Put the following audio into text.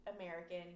American